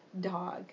dog